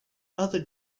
other